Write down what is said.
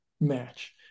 match